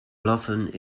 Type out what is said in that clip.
blaffen